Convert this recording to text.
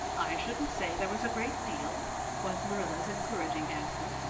i shouldn't say there was a great deal was marilla's encouraging answer.